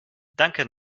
danke